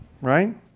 right